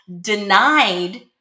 denied